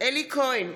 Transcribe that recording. אלי כהן,